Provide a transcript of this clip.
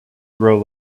grow